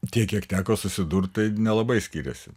tiek kiek teko susidurti tai nelabai skiriasi